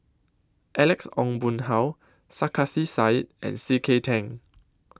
Alex Ong Boon Hau Sarkasi Said and C K Tang